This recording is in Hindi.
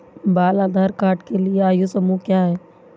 बाल आधार कार्ड के लिए आयु समूह क्या है?